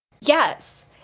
Yes